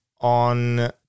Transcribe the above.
on